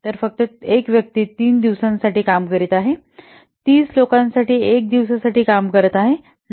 तर फक्त एक व्यक्ती 3 दिवसांसाठी काम करीत आहे 30 लोकांसाठी 1 दिवसासाठी काम करत आहे